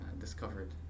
discovered